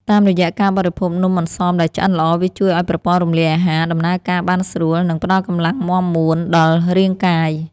តាមរយៈការបរិភោគនំអន្សមដែលឆ្អិនល្អវាជួយឱ្យប្រព័ន្ធរំលាយអាហារដំណើរការបានស្រួល និង ផ្ដល់កម្លាំងមាំមួនដល់រាងកាយ។